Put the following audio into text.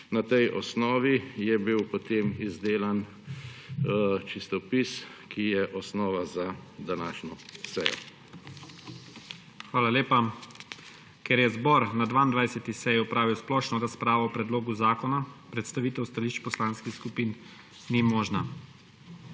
Na tej osnovi je bil potem izdelan čistopis, ki je osnova za današnjo sejo. **PREDSEDNIK IGOR ZORČIČ:** Hvala lepa. Ker je zbor na 22. seji opravil splošno razpravo o predlogu zakona, predstavitev stališč poslanskih skupin ni možna.